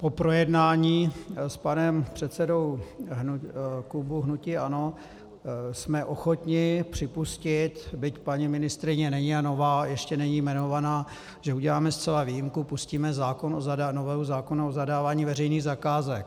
Po projednání s panem předsedou klubu hnutí ANO jsme ochotni připustit, byť paní ministryně není a nová ještě není jmenována, že uděláme zcela výjimku, pustíme novelu zákona o zadávání veřejných zakázek.